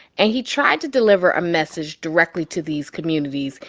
and he tried to deliver a message directly to these communities.